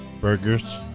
Burgers